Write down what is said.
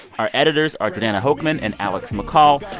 our editors are jordana hochman and alex mccall.